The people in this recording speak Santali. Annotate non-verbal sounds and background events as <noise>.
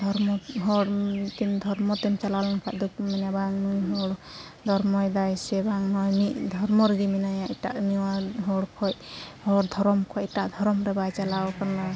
ᱫᱷᱚᱨᱢᱚ <unintelligible> ᱫᱷᱚᱨᱢᱚᱛᱮᱢ ᱪᱟᱞᱟᱣᱞᱮᱱ ᱠᱷᱟᱱᱫᱚᱠᱚ ᱢᱮᱱᱟ ᱵᱟᱝ ᱱᱩᱭᱦᱚᱲ ᱫᱷᱚᱨᱢᱚᱭᱮᱫᱟᱭ ᱥᱮ ᱵᱟᱝ ᱱᱚᱸᱜᱼᱚᱭ ᱢᱤᱫ ᱫᱷᱚᱨᱢᱚ ᱨᱮᱜᱮ ᱢᱮᱱᱟᱭᱟ ᱮᱴᱟᱜ <unintelligible> ᱦᱚᱲᱠᱷᱚᱡ ᱦᱚᱲ ᱫᱷᱚᱨᱚᱢ ᱠᱷᱚᱱ ᱮᱴᱟᱜ ᱫᱷᱚᱨᱚᱢᱨᱮ ᱵᱟᱭ ᱪᱟᱞᱟᱣ ᱟᱠᱟᱱᱟ